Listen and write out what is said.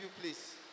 please